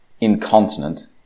incontinent